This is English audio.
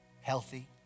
Healthy